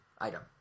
item